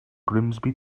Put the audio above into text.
grimsby